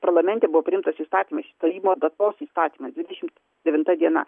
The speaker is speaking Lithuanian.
parlamente buvo priimtas įstatymas išstojimo datos įstatymas dvidešimt devinta diena